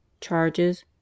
Charges